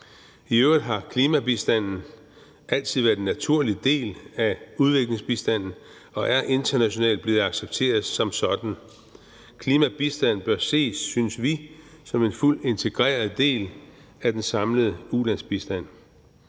I øvrigt har klimabistanden altid været en naturlig del af udviklingsbistanden og er internationalt blevet accepteret som sådan. Klimabistand bør ses, synes vi, som en fuldt integreret del af den samlede ulandsbistand.